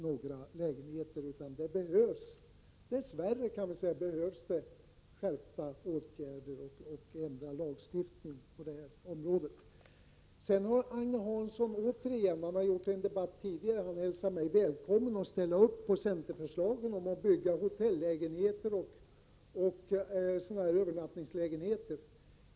Dess värre måste det vidtas skärpta åtgärder, och en ändrad lagstiftning på detta område måste komma till stånd. Liksom i en tidigare debatt har Agne Hansson på nytt hälsat mig välkommen att ställa mig bakom centerförslaget att bygga hotellägenheter och övernattningslägenheter.